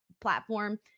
platform